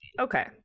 okay